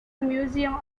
museum